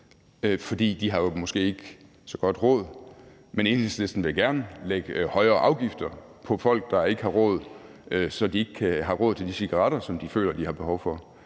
fordi de måske ikke har så godt råd; men Enhedslisten vil gerne lægge højere afgifter på folk, der ikke har råd, så de ikke har råd til de cigaretter, som de føler de har behov for.